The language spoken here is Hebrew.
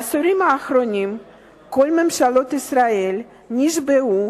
בעשורים האחרונים כל ממשלות ישראל נשבעו